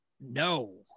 No